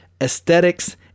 aesthetics